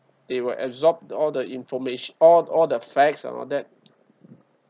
they will absorb all the information all all the facts and all that